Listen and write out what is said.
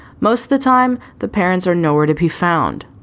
most of the time, the parents are nowhere to be found.